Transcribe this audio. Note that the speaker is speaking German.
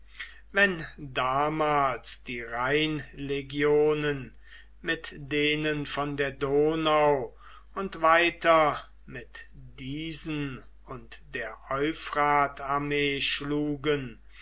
wenn damals die rheinlegionen mit denen von der donau und weiter mit diesen und der euphratarmee schlugen